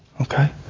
Okay